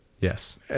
Yes